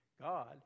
God